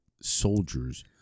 soldiers